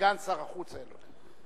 סגן שר החוץ אילון.